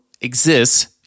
exists